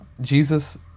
Jesus